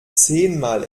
zehnmal